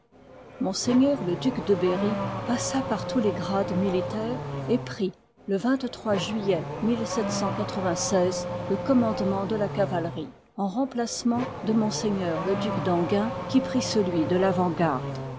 m le duc de berry passa par tous les grades militaires et prit le juillet le commandement de la cavalerie en remplacement de m le duc d'enghien qui prit celui de tavant garde